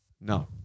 no